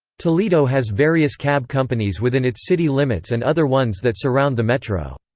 toledo has various cab companies within its city limits and other ones that surround the metro.